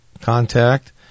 contact